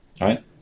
right